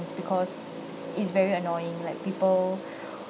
is because it's very annoying like people